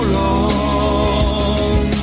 long